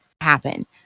happen